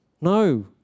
no